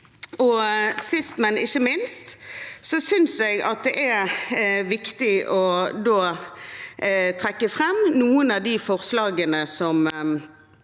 Sist, men ikke minst, synes jeg at det er viktig å trekke fram noen av de forslagene som